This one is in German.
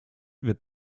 wird